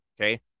okay